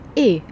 eh